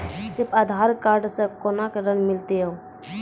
सिर्फ आधार कार्ड से कोना के ऋण मिलते यो?